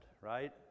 right